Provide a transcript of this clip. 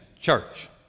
church